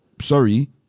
sorry